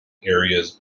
areas